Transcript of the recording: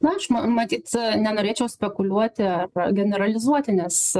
na aš ma matyt nenorėčiau spekuliuoti generalizuoti nes